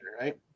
right